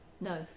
no